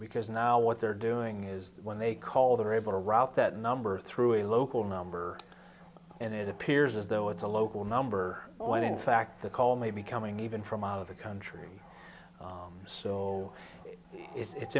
because now what they're doing is that when they call them are able to route that number through a local number and it appears as though it's a local number when in fact the call may be coming even from out of the country so it's i